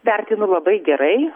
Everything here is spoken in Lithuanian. vertinu labai gerai